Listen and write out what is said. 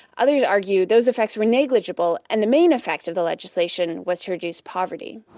others argue those effects were negligible, and the main effect of the legislation was to reduce poverty